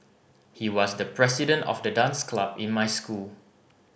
he was the president of the dance club in my school